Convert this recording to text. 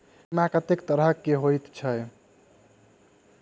बीमा कत्तेक तरह कऽ होइत छी?